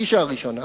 הפגישה הראשונה,